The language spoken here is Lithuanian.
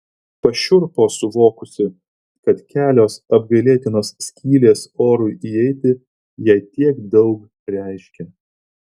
pašiurpo suvokusi kad kelios apgailėtinos skylės orui įeiti jai tiek daug reiškia